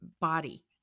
body